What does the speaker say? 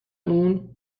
اون